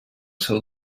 seu